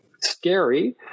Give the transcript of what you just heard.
scary